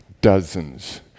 Dozens